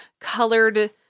colored